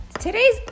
today's